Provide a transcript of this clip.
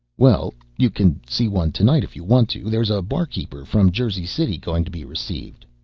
well, you can see one to-night if you want to. there's a barkeeper from jersey city going to be received.